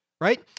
right